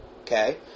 Okay